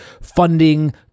funding